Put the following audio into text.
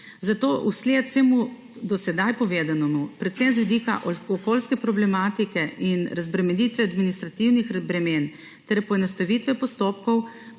Zato vsled vsemu do sedaj povedanemu, predvsem z vidika okoljske problematike in razbremenitve administrativnih bremen ter poenostavitve postopkov,